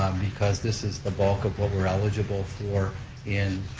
because this is the bulk of what we're eligible for in